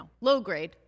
Low-grade